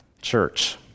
church